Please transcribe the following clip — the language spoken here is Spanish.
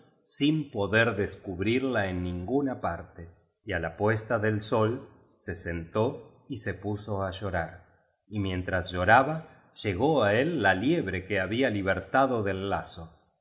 sin poder descubrirla en nin guna parte y á la puesta del sol se sentó y se puso á llorar y mientras lloraba llegó á él la liebre que había libertado del lazo